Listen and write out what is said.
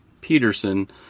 Peterson